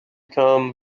come